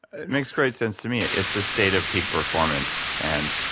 it makes great sense to me. it's a state of peak performance. and